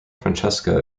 francesca